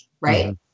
right